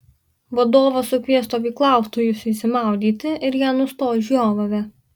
vadovas sukvies stovyklautojus išsimaudyti ir jie nustos žiovavę